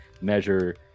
measure